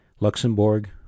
Luxembourg